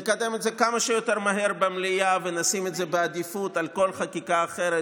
נקדם את זה כמה שיותר מהר במליאה ונשים את זה בעדיפות על כל חקיקה אחרת,